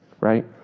Right